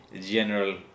general